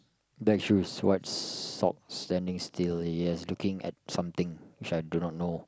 black shoes white socks standing still yes looking at something which I do not know